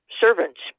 servants